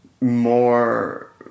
more